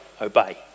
obey